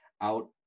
out